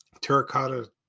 terracotta